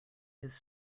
his